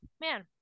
man